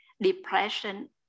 depression